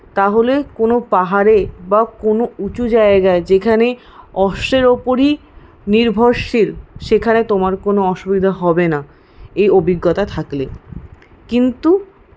তাহলে কোনো পাহাড়ে বা কোনো উঁচু জায়গায় যেখানে অশ্বের ওপরই নির্ভরশীল সেখানে তোমার কোনো অসুবিধা হবে না এই অভিজ্ঞতা থাকলে কিন্তু